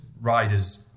riders